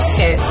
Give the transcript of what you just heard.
Okay